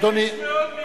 אדוני, 600 מיליון.